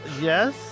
yes